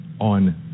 on